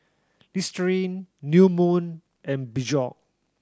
Listerine New Moon and Peugeot